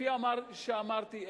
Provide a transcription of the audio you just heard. כפי שאמרתי,